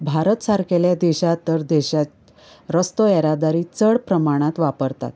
भारत सारकेल्या देशांत तर देशांत रस्तो येरादारी चड प्रमाणांत वापरतात